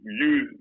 use